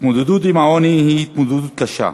התמודדות עם העוני היא התמודדות קשה,